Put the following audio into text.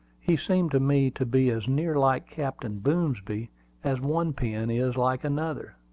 he seemed to me to be as near like captain boomsby as one pin is like another.